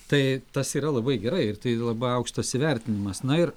tai tas yra labai gerai ir tai labai aukštas įvertinimas na ir